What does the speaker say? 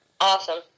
Awesome